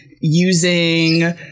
using